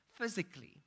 physically